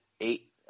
eight